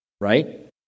right